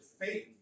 faith